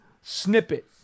snippet